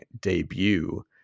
debut